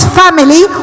family